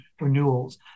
renewals